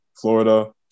Florida